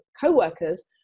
co-workers